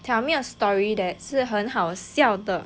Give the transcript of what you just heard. tell me a story that 是很好笑的